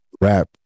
Rap